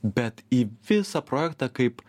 bet į visą projektą kaip